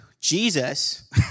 Jesus